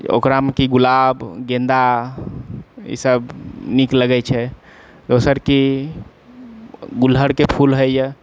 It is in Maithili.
ओकरामे कि गुलाब गेन्दा ई सभ नीक लगैत छै दोसर कि गुलहड़के फूल होइए